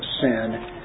sin